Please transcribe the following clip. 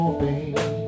baby